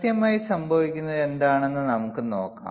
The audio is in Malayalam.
കൃത്രിമമായി സംഭവിക്കുന്നത് എന്താണെന്ന് നമുക്ക് നോക്കാം